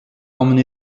emmener